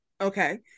Okay